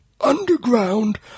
underground